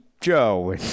Joe